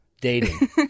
dating